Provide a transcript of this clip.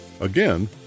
Again